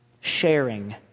sharing